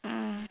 mm